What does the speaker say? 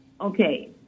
Okay